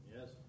Yes